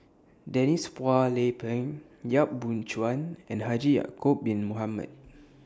Denise Phua Lay Peng Yap Boon Chuan and Haji Ya'Acob Bin Mohamed